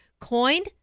coined